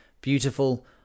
Beautiful